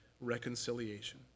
reconciliation